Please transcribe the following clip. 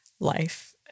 life